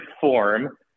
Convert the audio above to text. form